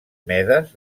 medes